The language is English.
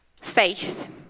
faith